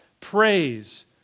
praise